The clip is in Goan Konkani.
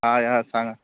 हय हय सांगा